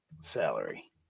salary